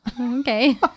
Okay